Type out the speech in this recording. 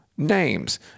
Names